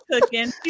cooking